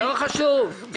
לא חשוב.